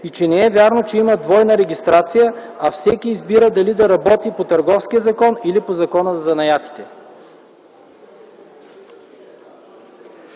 и че не е вярно, че има двойна регистрация, а всеки избира дали да работи по Търговския закон или по Закона за занаятите.